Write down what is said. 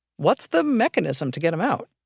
what's the mechanism to get em out?